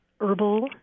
herbal